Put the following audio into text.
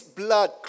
blood